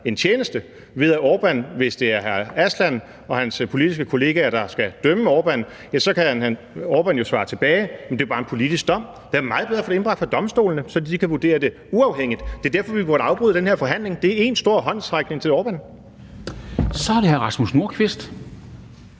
en tjeneste, ved at Orbán, hvis det er hr. Lars Aslan Rasmussen og hans politiske kollegaer, der skal dømme ham, jo så kan svare tilbage, at det bare er en politisk dom. Det er meget bedre at få det indbragt for domstolene, så de kan vurdere det uafhængigt. Det er derfor, vi burde afbryde den her forhandling – det er én stor håndsrækning til Orbán. Kl. 19:19 Formanden (Henrik